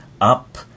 up